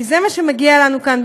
כי זה מה שמגיע לנו כאן,